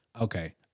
Okay